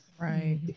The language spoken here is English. Right